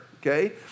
Okay